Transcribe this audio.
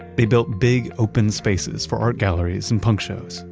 they built big open spaces for art galleries and punk shows.